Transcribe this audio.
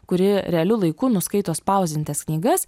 kuri realiu laiku nuskaito spausdintas knygas